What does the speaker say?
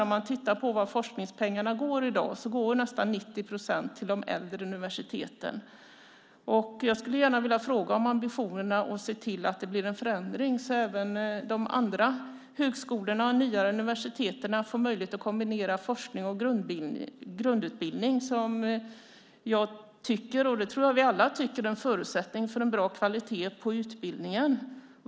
Om man tittar på vart forskningspengarna går i dag ser man att nästan 90 procent går till de äldre universiteten. Jag vill gärna fråga om ambitionerna att se till att det blir en förändring så att även de andra högskolorna och de nya universiteten får möjligheten att kombinera forskning och grundutbildning. Jag tycker att det är en förutsättning för en bra kvalitet på utbildningen, och jag tror att vi alla gör det.